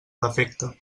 defecte